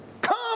come